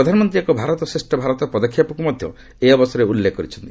ପ୍ରଧାନମନ୍ତ୍ରୀ ଏକ ଭାରତ ଶ୍ରେଷ ଭାରତ ପଦକ୍ଷେପକୁ ମଧ୍ୟ ଏଇ ଅବସରରେ ଉଲ୍ଲେଖ କରିଛନ୍ତି